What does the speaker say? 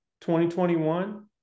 2021